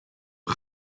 een